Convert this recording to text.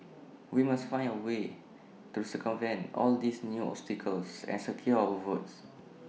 we must find A way to circumvent all these new obstacles and secure our votes